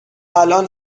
الان